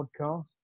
podcast